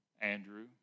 Andrew